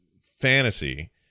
fantasy